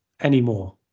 anymore